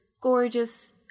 gorgeous